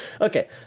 Okay